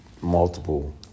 multiple